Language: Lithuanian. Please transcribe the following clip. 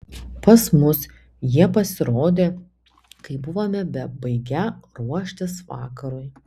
pas mus jie pasirodė kai buvome bebaigią ruoštis vakarui